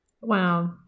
Wow